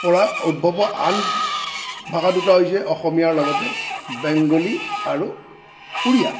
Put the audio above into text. পৰা উদ্ভৱ হোৱা আন ভাষা দুটা হৈছে অসমীয়াৰ লগতে বেংগলি আৰু উৰিয়া